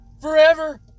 forever